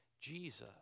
Jesus